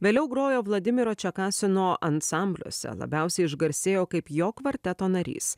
vėliau grojo vladimiro čekasino ansambliuose labiausiai išgarsėjo kaip jo kvarteto narys